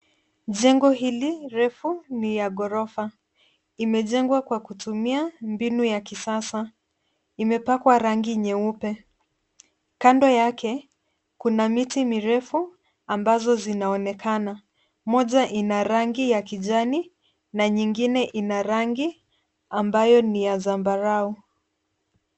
Jengo hili refu ni ya ghorofa. Imejengwa kwa kutumia mbinu ya kisasa. Imepakwa rangi nyeupe. Kando yake, kuna miti mirefu ambazo zinaonekana. Moja ina rangi ya kijani na nyingine ina rangi ambayo ni ya zambarau.